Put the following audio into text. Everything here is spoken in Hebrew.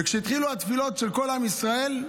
וכשהתחילו התפילות של כל עם ישראל,